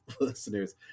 listeners